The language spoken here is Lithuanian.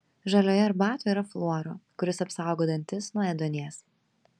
žalioje arbatoje yra fluoro kuris apsaugo dantis nuo ėduonies